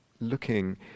looking